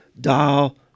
dial